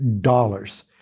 dollars